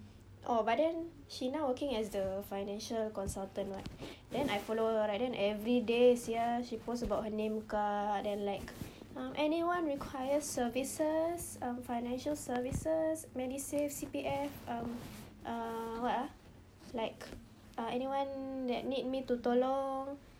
oh but then she now working as the financial consultant what then I follow her right then everyday sia she post about her name card then like um anyone require services um financial services medisave C_P_F um uh what ah like uh anyone that need me to tolong